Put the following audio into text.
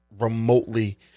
remotely